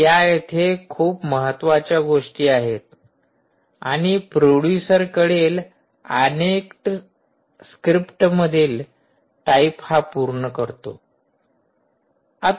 तर या येथे खूप महत्वाच्या गोष्टी आहेत आणि प्रोडूसरकडील अनेक स्क्रिप्टमधील टाईप हा पूर्ण करतो